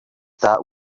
that